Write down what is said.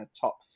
top